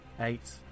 eight